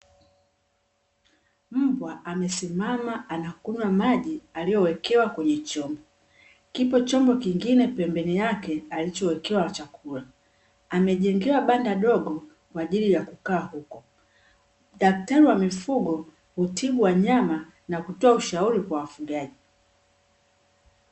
Mbwa amesimama anakunywa maji aliyowekewa kwenye chombo, kipo chombo kingine pembeni yake alichowekewa chakula, amejengewa banda dogo kwa ajili ya kukaa huko. Daktari wa mifugo hutibu wanyama na kutoa ushauri kwa wafugaji.